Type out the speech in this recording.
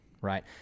right